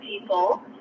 people